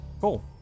cool